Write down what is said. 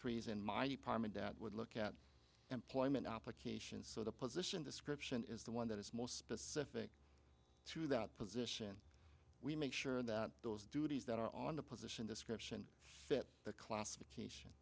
three is in my department that would look at employment applications so the position description is the one that is most specific to that position we make sure that those duties that are on the position description fit the classification